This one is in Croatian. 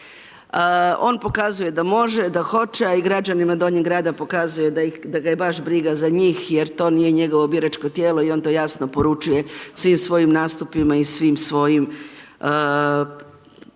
on pokazuje da može, da hoće a i građanima Donjeg grada pokazuje da ga je baš briga za njih jer to nije njegovo biračko tijelo i on to jasno poručuje svim svojim nastupima i svim svojim načinima